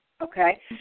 Okay